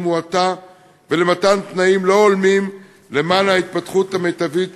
מועטה ולתנאים לא הולמים למען ההתפתחות המיטבית